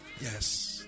Yes